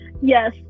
Yes